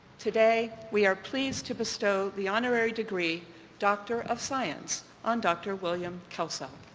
today we are pleased to bestow the honorary degree doctor of science on dr. william kelso.